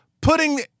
putting